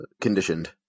conditioned